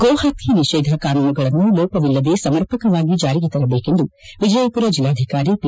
ಗೋಹತ್ಯೆ ನಿಷೇಧ ಕಾನೂನುಗಳನ್ನು ಲೋಪವಿಲ್ಲದೇ ಸಮರ್ಪಕವಾಗಿ ಜಾರಿಗೆ ತರಬೇಕೆಂದು ಎಜಯಪುರ ಜಿಲ್ಲಾಧಿಕಾರಿ ಪಿ